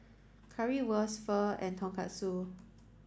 Currywurst Pho and Tonkatsu